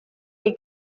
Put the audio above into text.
chi